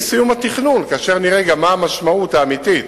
עם סיום התכנון, כאשר נראה גם מה המשמעות האמיתית,